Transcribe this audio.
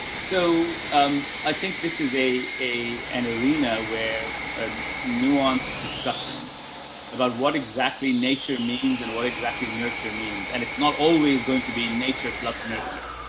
so, um, i think this is a, a, an arena where nuanced discussion about what exactly nature means and what exactly nurture means. and it's not always going to be nature plus nurture.